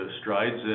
strides